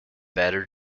better